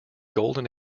golden